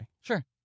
Sure